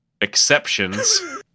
exceptions